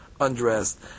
undressed